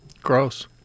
gross